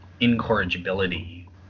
incorrigibility